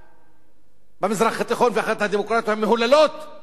במזרח התיכון ואחת הדמוקרטיות המהוללות בעולם,